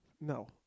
No